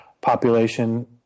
population